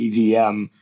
EVM